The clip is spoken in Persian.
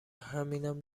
همینم